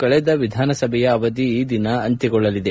ಕಳೆದ ವಿಧಾನಸಭೆಯ ಅವಧಿ ಈ ದಿನ ಅಂತ್ಲಗೊಳ್ಳಲಿದೆ